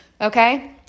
Okay